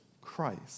Christ